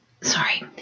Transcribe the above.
Sorry